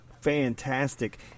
fantastic